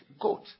goat